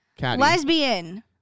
lesbian